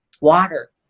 water